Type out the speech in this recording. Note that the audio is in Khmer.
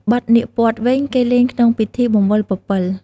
បទនាគព័ទ្ធវិញ គេលេងក្នុងពិធីបង្វិលពពិល។